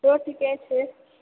सेहो ठीके छै